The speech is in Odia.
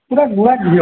ପୁରା ଗୁଆ ଘିଅ